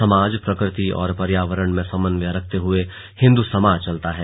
समाज प्रकृति और पर्यावरण में समन्वय रखते हुए हिंदू समाज चलता है